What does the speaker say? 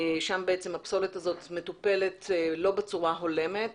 שם הפסולת הזאת מטופלת לא בצורה הולמת